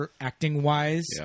acting-wise